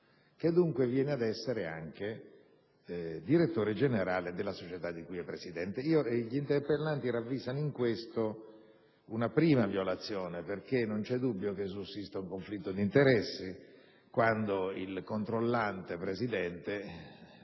che, dunque, diventa anche direttore generale della società di cui è presidente. Gli interpellanti ravvisano in questo una prima violazione, perché non c'è dubbio che sussista un conflitto di interessi quando il controllante presidente